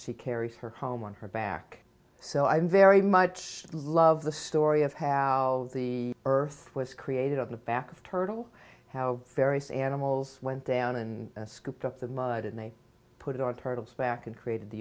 she carries her home on her back so i'm very much love the story of how the earth was created on the back of turtle how various animals went down and scooped up the mud and they put it on turtles back and created the